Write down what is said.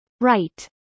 Right